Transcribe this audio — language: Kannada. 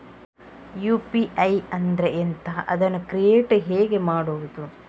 ಯು.ಪಿ.ಐ ಅಂದ್ರೆ ಎಂಥ? ಅದನ್ನು ಕ್ರಿಯೇಟ್ ಹೇಗೆ ಮಾಡುವುದು?